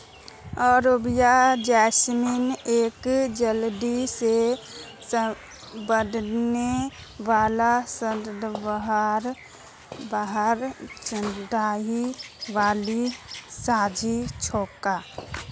Arabian jasmine एक जल्दी से बढ़ने वाला सदाबहार चढ़ाई वाली झाड़ी छोक